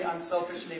unselfishly